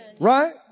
Right